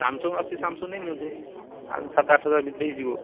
Samsung ଆସଛି Samsung ନେଇ ନିଅନ୍ତୁ ଆଉ ସାତ ଆଠହଜାର ଭିତରେ ହେଇଯିବ